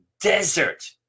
desert